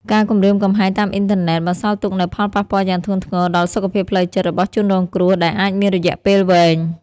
ការគំរាមកំហែងតាមអ៊ីនធឺណិតបន្សល់ទុកនូវផលប៉ះពាល់យ៉ាងធ្ងន់ធ្ងរដល់ សុខភាពផ្លូវចិត្ត របស់ជនរងគ្រោះ ដែលអាចមានរយៈពេលវែង។